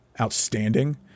outstanding